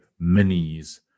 minis